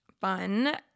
Fun